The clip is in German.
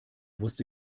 wusste